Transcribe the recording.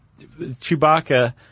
Chewbacca